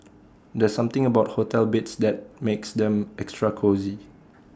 there's something about hotel beds that makes them extra cosy